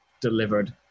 delivered